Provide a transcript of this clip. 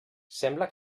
sembla